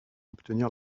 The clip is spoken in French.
obtenir